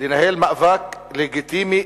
לנהל מאבק לגיטימי,